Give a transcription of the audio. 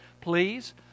please